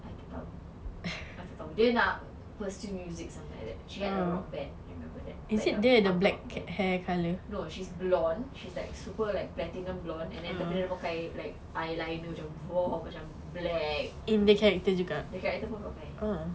I tak tahu I tak tahu dia nak pursue music something like that she had a rock band and that no she's blonde she's like super like platinum blonde and tapi dia ada pakai like eyeliner macam !wow! macam black the character also not nice